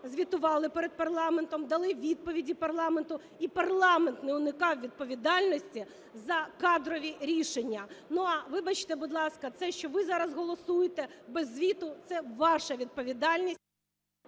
звітували перед парламентом, дали відповіді парламенту і парламент не уникав відповідальності за кадрові рішення. Але, вибачте, будь ласка, це, що ви зараз голосуєте без звіту, - це ваша відповідальність.